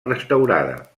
restaurada